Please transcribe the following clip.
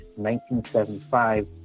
1975